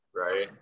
right